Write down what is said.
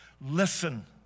Listen